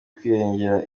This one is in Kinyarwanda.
kwirengera